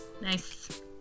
nice